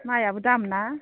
माइआबो दाम ना